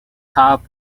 top